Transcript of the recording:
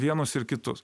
vienus ir kitus